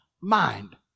mind